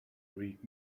read